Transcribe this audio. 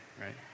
right